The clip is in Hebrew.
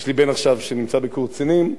יש לי בן שעכשיו נמצא בקורס קצינים,